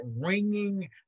ringing